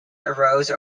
arose